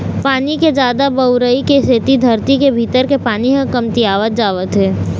पानी के जादा बउरई के सेती धरती के भीतरी के पानी ह कमतियावत जावत हे